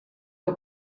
que